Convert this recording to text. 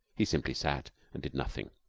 he simply sat and did nothing.